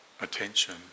attention